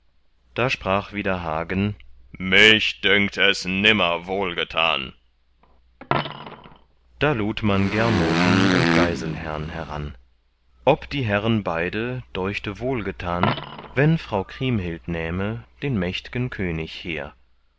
da sprach wieder hagen mich dünkt es nimmer wohlgetan da lud man gernoten und geiselhern heran ob die herren beide deuchte wohlgetan wenn frau kriemhild nähme den mächtgen könig hehr